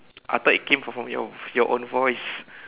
I thought it came from from your your own voice